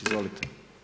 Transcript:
Izvolite.